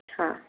हा